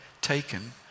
taken